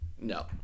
No